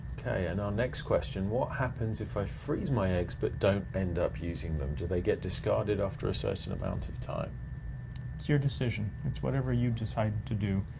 okay, and our next question, what happens if i freeze my eggs, but don't end up using them, do they get discarded after a certain amount of time? it's your decision. it's whatever you decide to do,